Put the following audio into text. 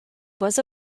was